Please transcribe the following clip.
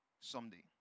someday